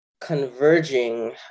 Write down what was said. converging